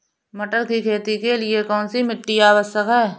मटर की खेती के लिए कौन सी मिट्टी आवश्यक है?